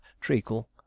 treacle